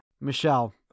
Michelle